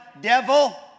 devil